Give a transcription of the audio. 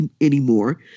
anymore